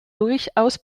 durchaus